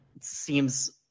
seems